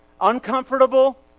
uncomfortable